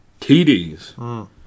TDs